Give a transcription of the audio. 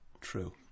True